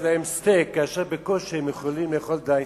להם סטייק כאשר הם בקושי יכולים לאכול דייסה.